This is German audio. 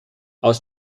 aus